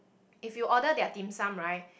if you order their dim sum right